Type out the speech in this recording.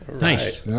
Nice